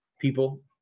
people